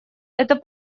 это